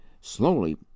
Slowly